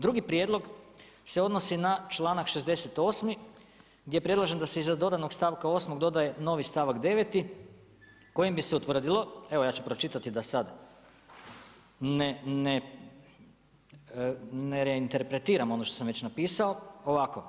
Drugi prijedlog se odnosi na čl.68. gdje predlažem iza dodanog stavka 8 dodaje novi stavak 9 kojim bi se utvrdilo, evo ja ću pročitati, da sad ne interpretiram ono što sam već napisao, ovako.